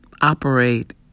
operate